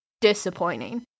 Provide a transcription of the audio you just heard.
disappointing